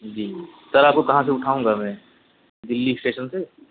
جی sir آپ کو کہاں سے اٹھاؤں گا میں دلی اسٹیشن سے